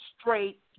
straight